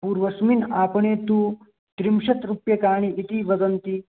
पूर्वस्मिन् आपणे तु त्रिंशत् रूप्यकाणि इति वदन्ति